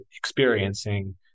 experiencing